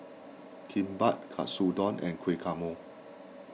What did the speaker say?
Kimbap Katsu Don and Guacamole